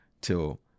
till